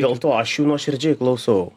dėl to aš jų nuoširdžiai klausau